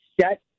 set